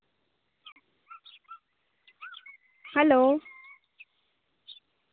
hello